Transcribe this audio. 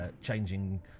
changing